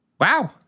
Wow